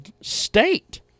State